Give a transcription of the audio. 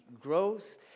Growth